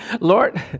Lord